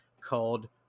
called